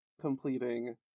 completing